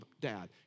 dad